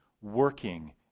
working